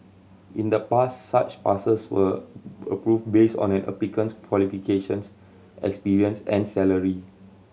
in the past such passes were approved based on an applicant's qualifications experience and salary